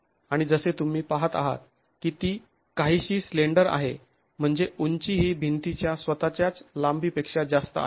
आणि जसे तुम्ही पहात आहात कि ती काहीशी स्लेंडर आहे म्हणजे उंची ही भिंतीच्या स्वतःच्याच लांबीपेक्षा जास्त आहे